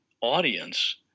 audience